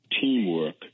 teamwork